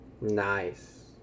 Nice